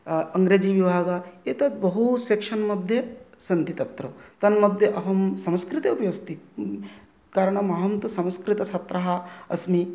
अङ्ग्रेजी विभाग एतत् बहु सेक्षन् मध्ये सन्ति तत्र तन् मध्ये अहं संस्कृतेपि अस्ति कारणम् अहं तु संस्कृतछात्रः अस्मि